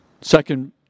Second